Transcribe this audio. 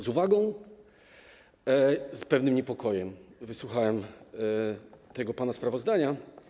Z uwagą i z pewnym niepokojem wysłuchałem pana sprawozdania.